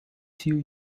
few